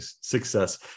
Success